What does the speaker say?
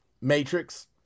matrix